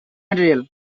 material